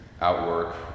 Outwork